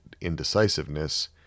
indecisiveness